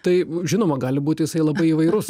tai žinoma gali būti jisai labai įvairus